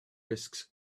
risks